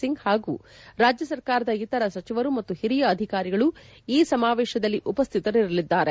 ಸಿಂಗ್ ಹಾಗೂ ರಾಜ್ಯ ಸರ್ಕಾರದ ಇತರ ಸಚಿವರು ಮತ್ತು ಹಿರಿಯ ಅಧಿಕಾರಿಗಳು ಈ ಸಮಾವೇಶದಲ್ಲಿ ಉಪಸ್ಥಿತರಿರಲಿದ್ದಾರೆ